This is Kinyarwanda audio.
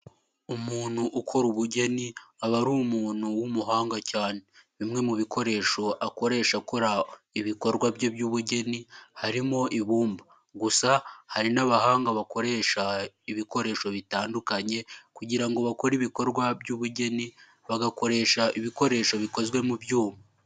Umuntu ukora ubugeni aba ari umuntu w'umuhanga cyane, bimwe mu bikoresho akoresha akora ibikorwa bye by'ubugeni harimo ibumba, gusa hari n'abahanga bakoresha ibikoresho bitandukanye, kugira ngo bakore ibikorwa by'ubugeni bagakoresha ibikoresho bikozwe mu byuma.